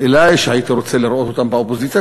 שהייתי רוצה לראות אותם באופוזיציה.